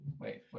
Wait